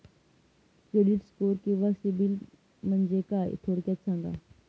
Credit score किंवा सिबिल म्हणजे काय? थोडक्यात सांगा